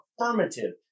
affirmative